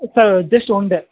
sir just one day